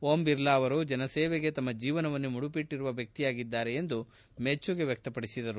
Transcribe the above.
ಓಂ ಬಿರ್ಲಾ ಅವರು ಜನಸೇವೆಗೆ ತಮ್ಮ ಜೀವನವನ್ನೇ ಮುಡುಪಿಟ್ಟರುವ ವ್ಯಕ್ತಿಯಾಗಿದ್ದಾರೆ ಎಂದು ಮೆಚ್ಚುಗೆ ವ್ಯಕ್ತಪಡಿಸಿದರು